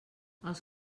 els